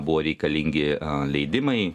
buvo reikalingi leidimai